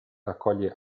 raccoglie